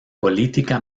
política